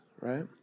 Right